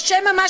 או שמא,